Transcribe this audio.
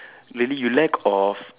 really you lack of